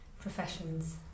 Professions